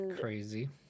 crazy